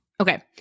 Okay